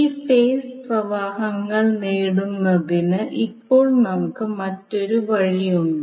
ഈ ഫേസ് പ്രവാഹങ്ങൾ നേടുന്നതിന് ഇപ്പോൾ നമുക്ക് മറ്റൊരു വഴിയുണ്ട്